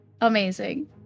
Amazing